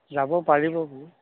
যাব পাৰিব বোলো